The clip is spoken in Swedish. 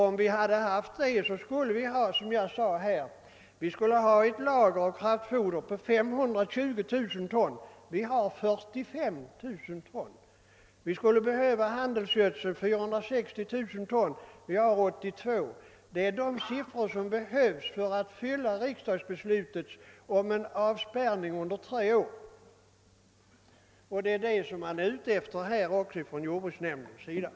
Om vi hade haft det skulle vi, såsom jag sade, ha ett lager av kraftfoder på 520 000 ton. Vi skulle behöva 460 000 ton handelsgödsel, men vi har bara en del därav. Det är dessa lager som behövs för att fylla behovet i händelse av en avspärrning under tre år, och det är detta som också jordbruksnämnden efter strävar.